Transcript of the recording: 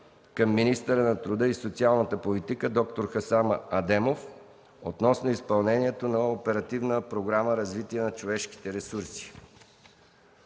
към министъра на труда и социалната политика д-р Хасан Адемов относно изпълнението на Оперативна програма „Развитие на човешките ресурси”.